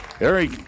Eric